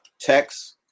text